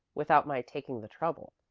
without my taking the trouble.